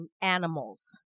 animals